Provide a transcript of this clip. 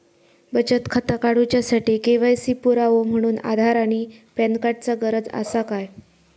बचत खाता काडुच्या साठी के.वाय.सी पुरावो म्हणून आधार आणि पॅन कार्ड चा गरज आसा काय?